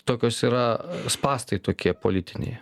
tokios yra spąstai tokie politiniai